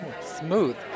Smooth